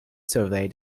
survey